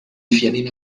vianney